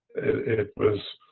it was